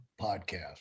podcast